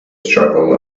struggle